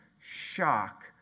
shock